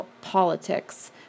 politics